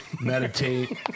Meditate